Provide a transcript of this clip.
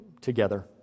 together